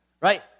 Right